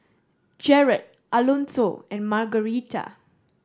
Jered Alonso and Margarita